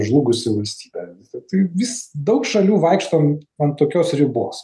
žlugusi valstybė tai vis daug šalių vaikštom ant tokios ribos